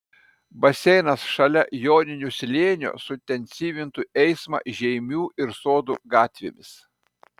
baseinas šalia joninių slėnio suintensyvintų eismą žeimių ir sodų gatvėmis